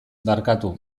barkatu